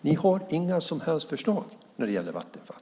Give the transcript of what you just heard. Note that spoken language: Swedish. Ni har inga som helst förslag när det gäller Vattenfall.